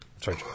Sorry